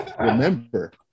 remember